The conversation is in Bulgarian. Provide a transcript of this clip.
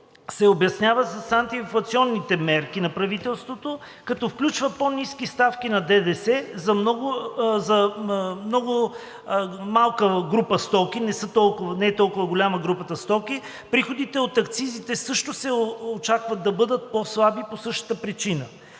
се обяснява с антиинфлационните мерки на правителството, като включва по-ниски ставки на ДДС за много малка група стоки, не е толкова голяма групата стоки, приходите от акцизите също се очаква да бъдат по-слаби по същата причина.